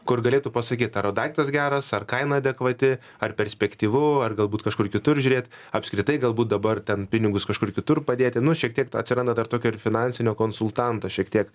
kur galėtų pasakyt ar daiktas geras ar kaina adekvati ar perspektyvu ar galbūt kažkur kitur žiūrėt apskritai galbūt dabar ten pinigus kažkur kitur padėti nu šiek tiek atsiranda dar ir tokio ir finansinio konsultanto šiek tiek